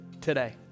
today